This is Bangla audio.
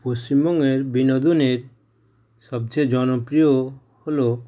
পশ্চিমবঙ্গের বিনোদনের সবচেয়ে জনপ্রিয় হলো